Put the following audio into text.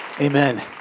Amen